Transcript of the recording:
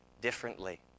differently